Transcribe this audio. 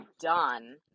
done